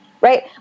Right